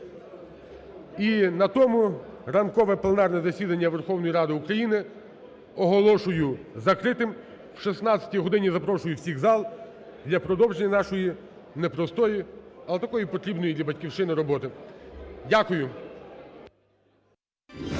І на тому ранкове пленарне засідання Верховної Ради України оголошую закритим. О 16-й годині запрошую всіх в зал для продовження нашої непростої, але такої потрібної для Батьківщини, роботи. Дякую.